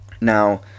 Now